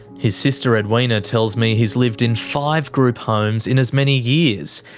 his sister edwina tells me he's lived in five group homes in as many years.